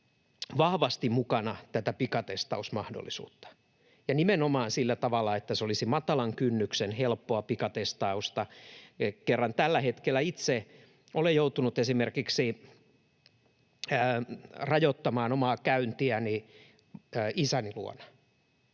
vahvasti mukana pikatestausmahdollisuutta ja nimenomaan sillä tavalla, että se olisi matalan kynnyksen helppoa pikatestausta. Tällä hetkellä itse olen joutunut esimerkiksi rajoittamaan omaa käyntiäni isäni luona